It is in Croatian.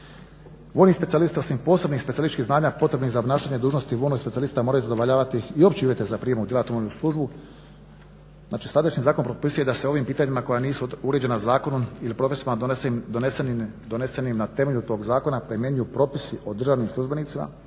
onih specijalista osim posebnih specijalističkih znanja potrebnih za obnašanje dužnosti vojnog specijalista moraju zadovoljavati i opće uvjete za prijem u djelatnu vojnu službu. Znači, sadašnji zakon propisuje da se ovim pitanjima koja nisu uređena zakonom ili propisima donesenim na temelju tog zakona primjenjuju propisi o državnim službenicima